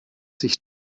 sich